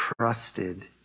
trusted